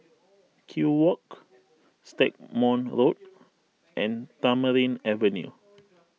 Kew Walk Stagmont Road and Tamarind Avenue